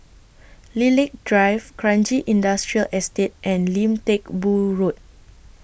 Lilac Drive Kranji Industrial Estate and Lim Teck Boo Road